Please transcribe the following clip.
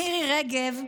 מירי רגב אמרה: